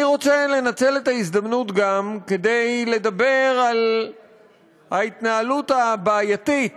אני גם רוצה לנצל את ההזדמנות כדי לדבר על ההתנהלות הבעייתית